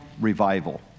revival